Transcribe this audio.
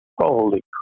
holy